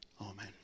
Amen